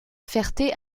ferté